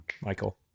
Michael